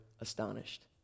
astonished